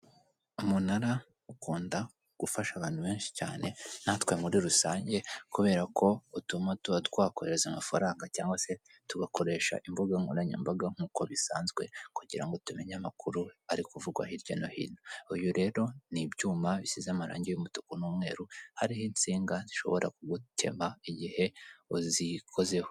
Umunara ukunda gufasha abantu benshi cyane natwe muri rusange, kubera ko utuma tuba twakoreza amafaranga cyangwa se tugakoresha imbuga nkoranyambaga nk'uko bisanzwe, kugira ngo tumenye amakuru ari kuvugwa hirya no hino. Uyu rero ni ibyuma bishyize amarangi y'umutuku n'umweru, hariho insinga zishobora kugutema, igihe wazikozeho.